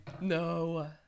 no